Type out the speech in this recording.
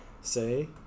say